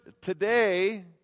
today